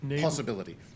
possibility